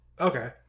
Okay